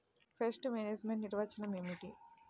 Pest management నిర్వచనం ఏమిటి?